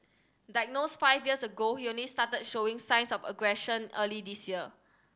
diagnosed five years ago he only started showing signs of aggression early this year